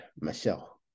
Michelle